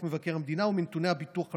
מבקר המדינה הוא מנתוני הביטוח הלאומי,